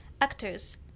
actors